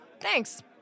thanks